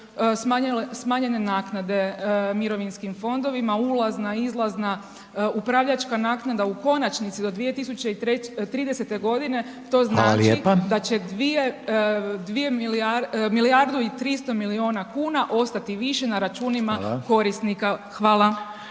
smanjene naknade mirovinskim fondovima, ulazna, izlazna, upravljačka naknada u konačnici do 2030. godine to znači da će …/Upadica: Hvala lijepa./… 2 milijarde, milijardu i 300 miliona kuna ostati više na računima korisnika. Hvala.